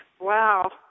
Wow